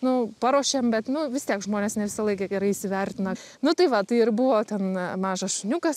nu paruošėm bet nu vis tiek žmonės ne visą laiką gerai įsivertina nu tai va tai ir buvo ten mažas šuniukas